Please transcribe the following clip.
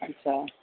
আচ্ছা